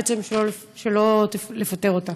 בעצם לא לפטר אותה?